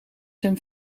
zijn